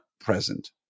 present